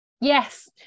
yes